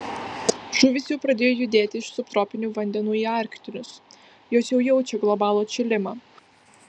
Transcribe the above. žuvys jau pradėjo judėti iš subtropinių vandenų į arktinius jos jau jaučia globalų atšilimą